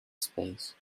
space